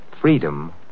freedom